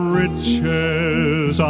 riches